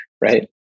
right